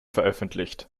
veröffentlicht